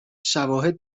شواهد